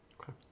Okay